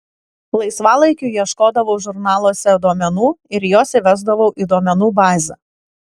laisvalaikiu ieškodavau žurnaluose duomenų ir juos įvesdavau į duomenų bazę